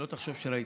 שלא תחשוב שראיתי.